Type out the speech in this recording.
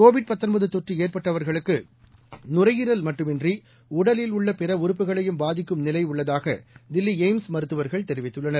Covid தொற்று ஏற்பட்டவர்களுக்கு நுரையீரல் மட்டுமன்றி உடலில் உள்ள பிற உறுப்புகளையும் பாதிக்கும் நிலை உள்ளதாக தில்லி எய்ம்ஸ் மருத்துவர்கள் தெரிவித்துள்ளனர்